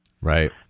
right